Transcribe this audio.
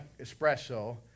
espresso